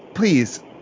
Please